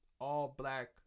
all-black